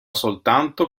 soltanto